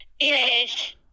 Yes